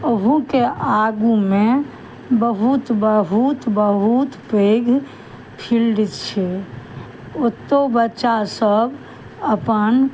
ओहूके आगूमे बहुत बहुत बहुत पैघ फील्ड छै ओतौ बच्चा सब अपन